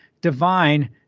divine